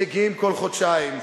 מגיעים כל חודשיים.